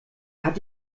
hat